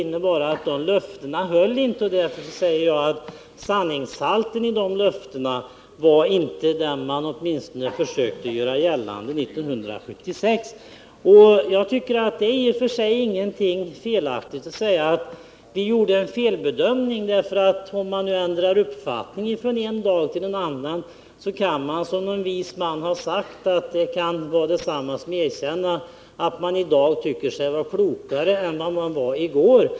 De löftena höll inte. Därför säger jag att sanningshalten i de löftena inte var den man försökte göra gällande 1976. Jag tycker att man kan säga att man gjorde en felbedömning. Att ändra uppfattning från en dag till en annan kan, som en vis man sagt, vara detsamma som att erkänna att man i dag tycker sig vara klokare än man var i går.